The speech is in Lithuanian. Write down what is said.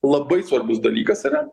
labai svarbus dalykas yra